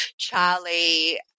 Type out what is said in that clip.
Charlie